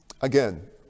Again